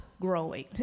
growing